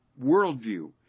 worldview